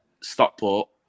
Stockport